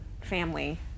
family